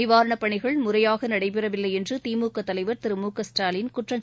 நிவாரணப் பணிகள் முறையாகநடைபெறவில்லைஎன்றுதிமுகதலைவர் திரு மு க ஸ்டாலின் குற்றம்